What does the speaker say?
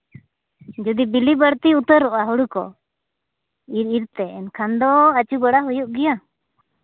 ᱡᱩᱫᱤ ᱵᱤᱞᱤ ᱵᱟᱹᱲᱛᱤ ᱩᱛᱟᱹᱨᱚᱜᱼᱟ ᱦᱳᱲᱳ ᱠᱚ ᱤᱨᱻ ᱤᱨᱻ ᱛᱮ ᱮᱱᱠᱷᱟᱱ ᱫᱚ ᱟᱹᱪᱩ ᱵᱟᱲᱟ ᱦᱩᱭᱩᱜ ᱜᱮᱭᱟ